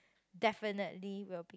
definitely will be